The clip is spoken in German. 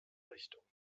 richtung